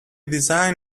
design